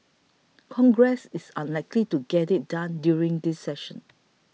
congress is unlikely to get it done during this session